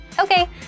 Okay